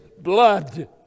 blood